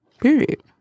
Period